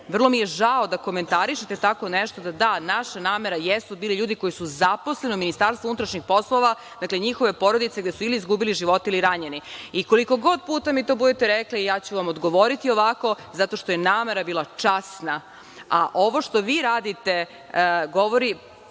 Vrlo mi je žao da komentarišete tako nešto. Da, naša namera jesu bili ljudi koji su zaposleni u Ministarstvu unutrašnjih poslova, dakle njihove porodice gde su ili izgubili živote ili ranjeni. Koliko god puta mi to budete rekli, ja ću vam odgovoriti ovako, zato što je namera bila časna, a ovo što vi radite govori